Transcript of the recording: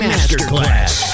Masterclass